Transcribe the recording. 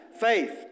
Faith